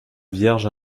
vierge